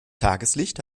tageslicht